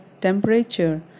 temperature